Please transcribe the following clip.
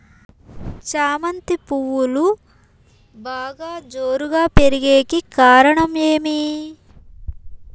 చామంతి పువ్వులు బాగా జోరుగా పెరిగేకి కారణం ఏమి?